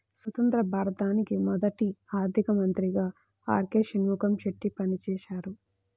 స్వతంత్య్ర భారతానికి మొదటి ఆర్థిక మంత్రిగా ఆర్.కె షణ్ముగం చెట్టి పనిచేసారు